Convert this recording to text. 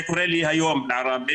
זה קורה לי היום בעראבה.